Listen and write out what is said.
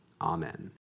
Amen